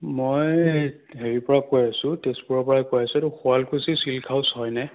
মই হেৰিৰ পৰা কৈ আছোঁ তেজপুৰৰ পৰাই কৈ আছোঁ এইটো শুৱালকুচি চিল্ক হাউছ হয়নে